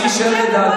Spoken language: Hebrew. אני שומעת.